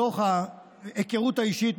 מתוך ההיכרות האישית,